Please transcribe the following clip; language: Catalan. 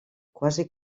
quasi